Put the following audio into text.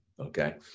Okay